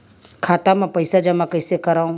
खाता म पईसा जमा कइसे करव?